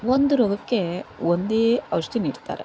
ಒಂದು ರೋಗಕ್ಕೆ ಒಂದೇ ಔಷಧಿ ನೀಡ್ತಾರೆ